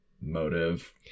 motive